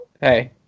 hey